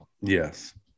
Yes